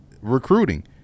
recruiting